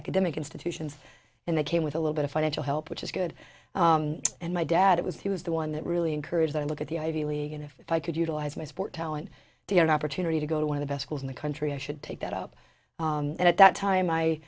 academic institutions and they came with a little bit of financial help which is good and my dad was he was the one that really encouraged i look at the ivy league and if i could utilize my sport talent to get an opportunity to go to one of the best schools in the country i should take that up at that time i